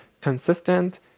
consistent